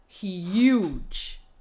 huge